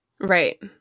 Right